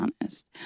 honest